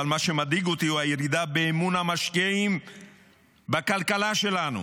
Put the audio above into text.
אבל מה שמדאיג אותי הוא הירידה באמון המשקיעים בכלכלה שלנו.